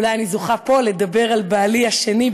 אולי אני זוכה פה לדבר על בעלי השני,